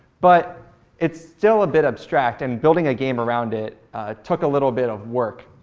but it's still a bit abstract. and building a game around it took a little bit of work.